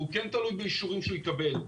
והוא תלוי באישורים שהוא יקבל.